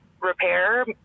repair